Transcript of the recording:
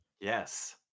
Yes